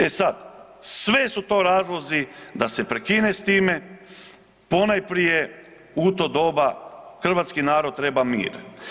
E sad, sve su to razlozi da se prekine s time, ponajprije u to doba hrvatski narod treba mir.